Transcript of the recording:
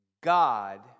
God